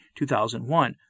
2001